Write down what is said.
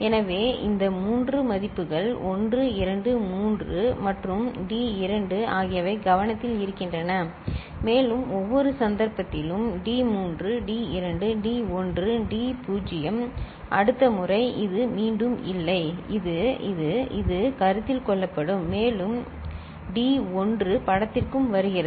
எனவே இந்த மூன்று மதிப்புகள் 1 2 3 மற்றும் D 2 ஆகியவை கவனத்தில் வருகின்றன மேலும் ஒவ்வொரு சந்தர்ப்பத்திலும் d3 d2 d1 d 0 அடுத்த முறை இது மீண்டும் இல்லை இது இது இது கருத்தில் கொள்ளப்படும் மேலும் டி 1 படத்திற்கும் வருகிறது